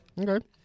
okay